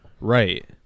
Right